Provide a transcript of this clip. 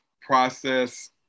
process